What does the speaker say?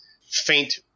faint